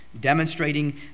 demonstrating